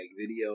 video